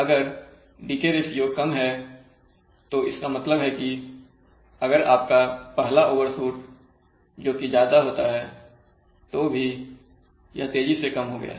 अगर decay ratio कम है तो इसका मतलब है कि अगर आपका पहला ओवरशूट जोकि ज्यादा होता है तो भी यह तेजी से कम हो गया है